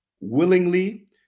willingly